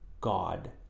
God